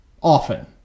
often